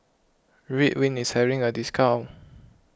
Ridwind is having a discount